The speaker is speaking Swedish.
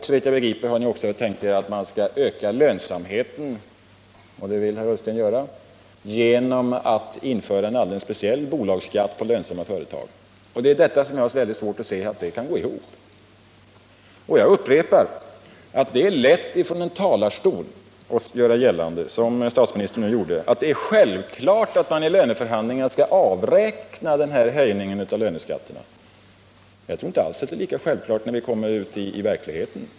Såvitt jag begriper har ni också tänkt er att man skall öka lönsamheten — och det vill ju herr Ullsten göra — genom att införa en alldeles speciell bolagsskatt för lönsamma företag. Det är detta som jag har så svårt att se kan gå ihop. Jag upprepar att det är lätt att som statsministern nu gjorde stå i en talarstol och göra gällande att det är självklart att man i löneförhandlingarna skall avräkna den här höjningen av löneskatterna, men som jag ser det är det inte lika självklart att ute i verkligheten göra detta gällande.